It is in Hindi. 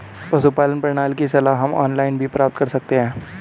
पशुपालन प्रणाली की सलाह हम ऑनलाइन भी प्राप्त कर सकते हैं